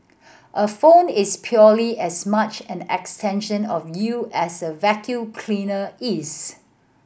a phone is purely as much and extension of you as a vacuum cleaner is